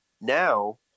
Now